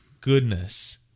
goodness